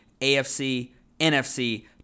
AFC-NFC